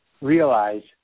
realize